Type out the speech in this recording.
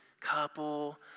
couple